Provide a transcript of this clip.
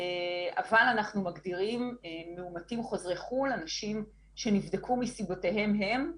אבל אנחנו מגדירים מאומתים חוזרי חו"ל כאנשים שנבדקו מסיבותיהם הם,